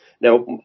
Now